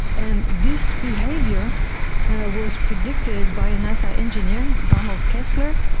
and this behaviour was predicted by a nasa engineer, donald kessler,